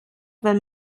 wenn